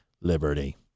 Liberty